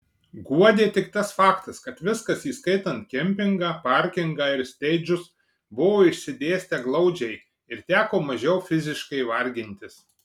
guodė tik tas faktas kad viskas įskaitant kempingą parkingą ir steidžus buvo išsidėstę glaudžiai ir teko mažiau fiziškai vargintis